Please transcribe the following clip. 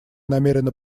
намерена